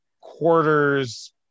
quarters